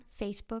facebook